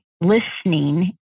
listening